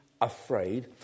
afraid